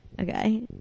Okay